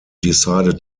decided